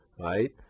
right